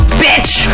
bitch